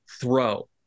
throw